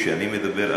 כשאני מדבר,